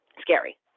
scary